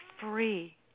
free